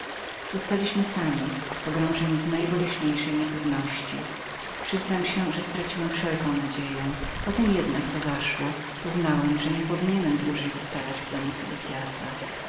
zostaliśmy sami pogrążeni w najboleśniejszej niepewności ja przyznam się że straciłem wszelką nadzieję po tem jednak co zaszło poznałem że nie powinienem był dłużej zostawać w domu